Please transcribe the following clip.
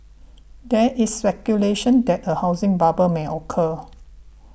there is speculation that a housing bubble may occur